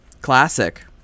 Classic